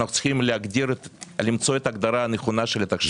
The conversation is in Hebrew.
אנחנו צריכים להגדיר את למצוא את ההגדרה הנכונה של התכשיר האונקולוגי.